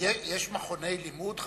יש מכוני לימוד,